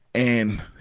and,